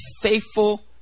faithful